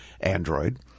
Android